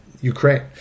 Ukraine